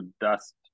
dust